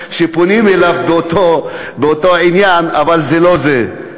אף-על-פי שפונים אליו באותו עניין, אבל זה לא זה.